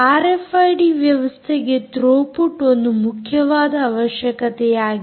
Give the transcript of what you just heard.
RFID ವ್ಯವಸ್ಥೆಗೆ throughput ಒಂದು ಮುಖ್ಯವಾದ ಅವಶ್ಯಕತೆಯಾಗಿದೆ